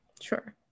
Sure